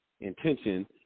intention